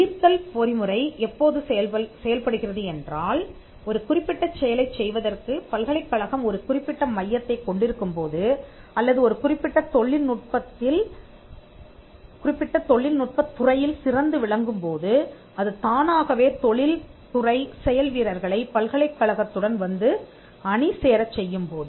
ஈர்த்தல் பொறிமுறை எப்போது செயல்படுகிறது என்றால் ஒரு குறிப்பிட்ட செயலைச் செய்வதற்கு பல்கலைக்கழகம் ஒரு குறிப்பிட்ட மையத்தைக் கொண்டிருக்கும் போது அல்லது ஒரு குறிப்பிட்ட தொழில் நுட்பத் துறையில் சிறந்து விளங்கும் போது அது தானாகவே தொழில்துறை செயல் வீரர்களைப் பல்கலைக்கழகத்துடன் வந்து அணி சேரச் செய்யும் போது